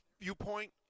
viewpoint